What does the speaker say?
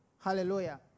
hallelujah